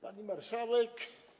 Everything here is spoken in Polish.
Pani Marszałek!